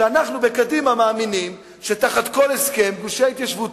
שאנחנו בקדימה מאמינים שתחת כל הסכם גושי ההתיישבות